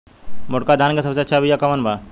मोटका धान के सबसे अच्छा बिया कवन बा?